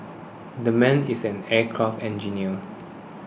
that man is an aircraft engineer